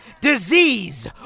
disease